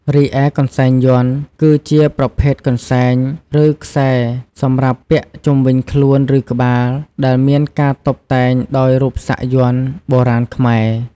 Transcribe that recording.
រីឯកន្សែងយន្ត គឺជាប្រភេទកន្សែង ឬខ្សែសម្រាប់ពាក់ជុំវិញខ្លួន ឬក្បាល ដែលមានការតុបតែងដោយរូបសាក់យ័ន្ត បុរាណខ្មែរ។